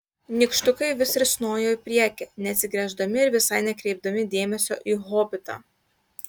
nykštukai vis risnojo į priekį neatsigręždami ir visai nekreipdami dėmesio į hobitą